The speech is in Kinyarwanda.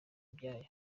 byazo